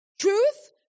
truth